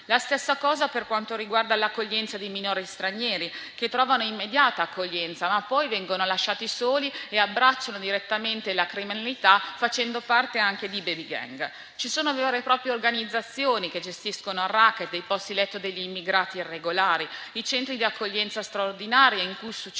La stessa cosa per quanto riguarda l'accoglienza di minori stranieri, che trovano immediata accoglienza, ma poi vengono lasciati soli e abbracciano direttamente la criminalità, facendo parte anche di baby-gang. Ci sono vere e proprie organizzazioni che gestiscono il *racket* dei posti letto degli immigrati irregolari e nei centri di accoglienza straordinaria succede